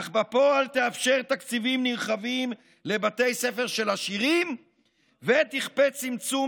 אך בפועל תאפשר תקציבים נרחבים לבתי ספר של עשירים ותכפה צמצום